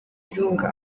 birunga